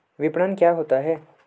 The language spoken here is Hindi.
विपणन क्या होता है?